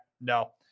No